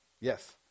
Yes